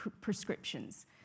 prescriptions